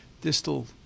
distal